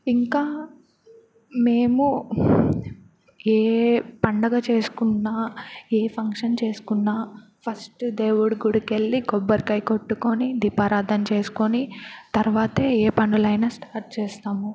ఇంకా మేము ఏ పండగ చేసుకున్నా ఏ ఫంక్షన్ చేసుకున్నా ఫస్ట్ దేవుడి గుడికెళ్ళి కొబ్బరికాయ కొట్టుకుని దీపారాధం చేసుకుని తర్వాతే ఏ పనులైనా స్టార్ట్ చేస్తాము